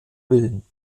villen